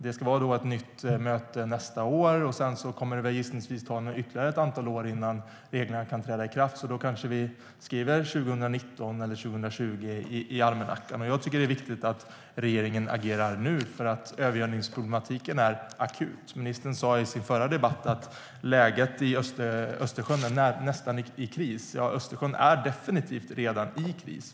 Det ska ske ett nytt möte nästa år, och sedan kommer det gissningsvis att ta ytterligare ett antal år innan reglerna kan träda i kraft. Då kanske vi skriver 2019 eller 2020 i almanackan. Jag tycker att det är viktigt att regeringen agerar nu, för övergödningsproblematiken är akut. Ministern sa i sin förra debatt att Östersjön nästan är i kris. Östersjön är definitivt redan i kris.